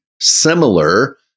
similar